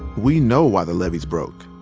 we know why the levees broke.